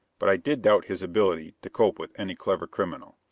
but i did doubt his ability to cope with any clever criminal.